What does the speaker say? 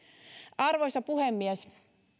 arvoisa puhemies